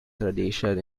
tradition